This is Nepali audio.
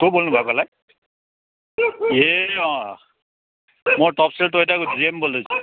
को बोल्नुभएको होला ए अँ मो टपसेल टोयटाको जिएम बोल्दैछु